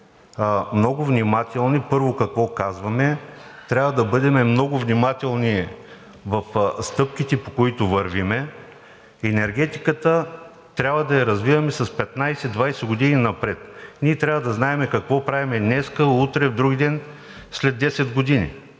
много внимателни. Първо, какво казваме, трябва да бъдем много внимателни в стъпките, по които вървим. Енергетиката трябва да я развиваме с 15 – 20 години напред. Ние трябва да знаем какво правим днес, утре, вдругиден, след 10 години.